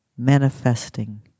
manifesting